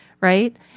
right